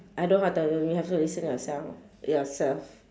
I don't know how to tell you have to listen yourself yourself